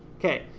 okay,